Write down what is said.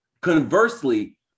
Conversely